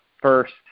first